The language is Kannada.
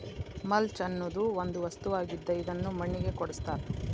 ಮಲ್ಚ ಅನ್ನುದು ಒಂದ ವಸ್ತು ಆಗಿದ್ದ ಇದನ್ನು ಮಣ್ಣಿಗೆ ಕೂಡಸ್ತಾರ